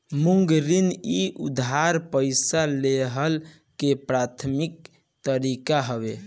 मांग ऋण इ उधार पईसा लेहला के प्राथमिक तरीका हवे